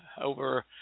over